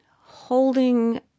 holding